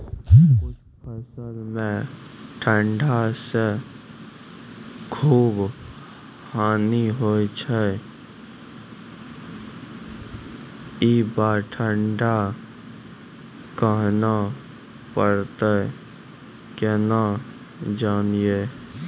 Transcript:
कुछ फसल मे ठंड से खूब हानि होय छैय ई बार ठंडा कहना परतै केना जानये?